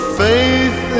faith